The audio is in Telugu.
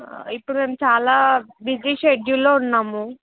ఇప్పుడు మేము చాలా బిజీ షెడ్యూల్లో ఉన్నాము